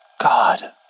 God